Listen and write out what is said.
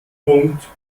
punkt